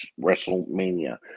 WrestleMania